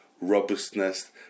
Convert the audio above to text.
robustness